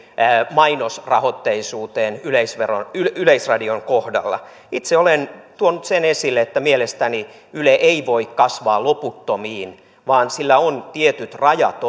mainosrahoitteisuuteen yleisradion yleisradion kohdalla itse olen tuonut sen esille että mielestäni yle ei voi kasvaa loputtomiin vaan sillä on oltava tietyt rajat